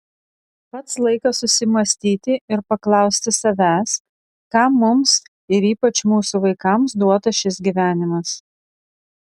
pats laikas susimąstyti ir paklausti savęs kam mums ir ypač mūsų vaikams duotas šis gyvenimas